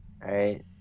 right